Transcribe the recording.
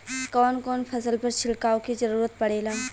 कवन कवन फसल पर छिड़काव के जरूरत पड़ेला?